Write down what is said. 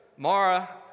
Mara